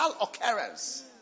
occurrence